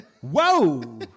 whoa